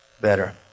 better